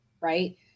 right